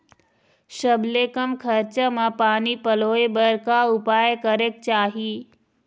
सबले कम खरचा मा पानी पलोए बर का उपाय करेक चाही?